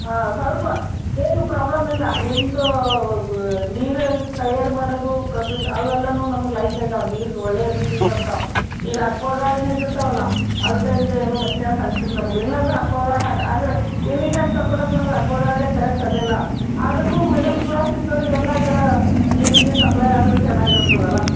ಹಾಂ ಸ್ವಲ್ಪ ಏನು ಪ್ರಾಬ್ಲಮ್ ಇಲ್ಲ ನಿಮ್ಮದು ಬ್ ನೀರು ತಯಾರು ಮಾಡೋದು ಪ್ರೊಸೆಸ್ ಅವೆಲ್ಲವೂ ನಮ್ಗೆ ಲೈಕ್ ಆಗ್ಯವೆ ನೀರು ಒಳ್ಳೆಯ ರೀತಿಲಿ ಬರ್ತಾವೆ ಈಗ ಅಕ್ವಾಗಾರ್ಡ್ನಾಗ ಇರ್ತಾವಲ್ಲ ಅದಕ್ಕೆ ಇದಕ್ಕೆ ಏನೂ ವ್ಯತ್ಯಾಸ ಅನ್ನಿಸಿಲ್ಲ ನಮ್ಗೆ ಇಲ್ಲಾಂದ್ರೆ ಅಕ್ವಾಗಾರ್ಡ್ ಹಾಕಿ ಅಂದ್ರೆ ಎನಿ ಟೈಮ್ ತಗೊಳಕ್ ನಮ್ಗೆ ಅಕ್ವಾಗಾರ್ಡೇ ಕರೆಕ್ಟ್ ಅದೆಲ್ಲ ಆದ್ರೂ ಮಿಡಲ್ ಕ್ಲಾಸ್ ಇದ್ದವ್ರಿಗೆ ಎಲ್ಲ ಜರಾ ಈ ರೀತಿ ಸಪ್ಲೈ ಆದ್ರೆ ಚೆನ್ನಾಗಿರ್ತದಲ್ಲ